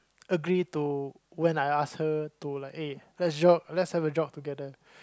agree to when I ask her to like eh let's jog let's have a jog together